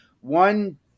One